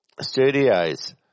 Studios